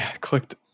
clicked